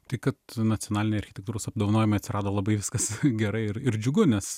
tai kad nacionaliniai architektūros apdovanojimai atsirado labai viskas gerai ir ir džiugu nes